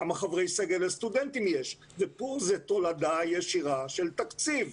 כמה חברי סגל לסטודנטים יש ופה זה תולדה ישירה של תקציב.